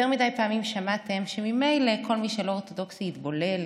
יותר מדי פעמים שמעתם שממילא כל מי שלא אורתודוקסי יתבולל,